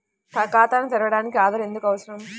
ఖాతాను తెరవడానికి ఆధార్ ఎందుకు అవసరం?